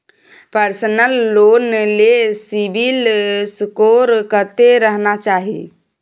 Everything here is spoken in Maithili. पर्सनल लोन ले सिबिल स्कोर कत्ते रहना चाही?